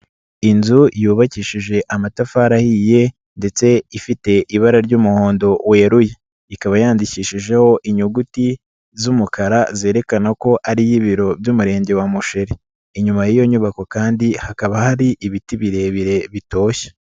Inzu yubakishije amatafari ahiye ndetse ifite ibara ry'umuhondo weruye ikaba yandikishijeho inyuguti z'umukara zerekana ko ari iy'ibiro by'umurenge wa Musheri inyuma y'iyo nyubako kandi hakaba hari ibiti birebire bitoshye.